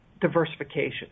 diversification